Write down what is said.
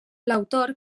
l’autor